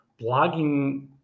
blogging